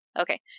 Okay